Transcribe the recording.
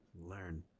Learn